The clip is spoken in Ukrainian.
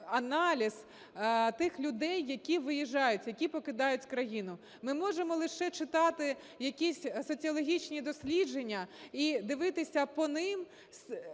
аналіз тих людей, які виїжджають, які покидають країну. Ми можемо лише читати якісь соціологічні дослідження і дивитися по ним.